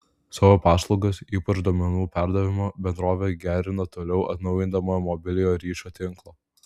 savo paslaugas ypač duomenų perdavimo bendrovė gerina toliau atnaujindama mobiliojo ryšio tinklą